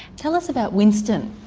tell us about winston,